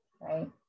right